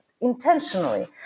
Intentionally